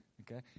Okay